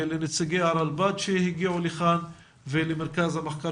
לנציגי הרלב"ד שהגיעו לכאן ולמרכז המחקר